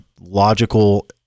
logical